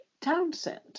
Townsend